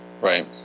Right